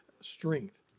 Strength